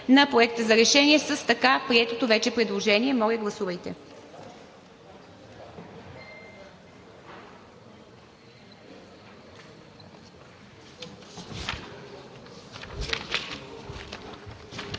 на Проекта за решение с така приетото вече предложение. Гласували